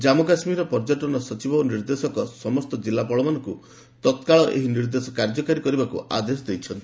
ଜାମ୍ମୁ କାଶ୍ମୀରର ପର୍ଯ୍ୟଟନ ସଚିବ ଓ ନିର୍ଦ୍ଦେଶକ ସମସ୍ତ ଜିଲ୍ଲାପାଳଙ୍କୁ ତତ୍କାଳ ଏହି ନିର୍ଦ୍ଦେଶ କାର୍ଯ୍ୟକାରୀ କରିବାକୁ ଆଦେଶ ଦେଇଛନ୍ତି